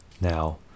now